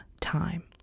time